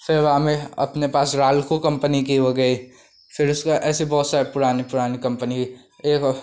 फिर वह में अपने पास राल्को कम्पनी की हो गई फिर उसके बाद ऐसी बहुत सारी पुरानी पुरानी कम्पनी एक और